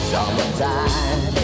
Summertime